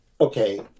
Okay